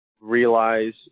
realize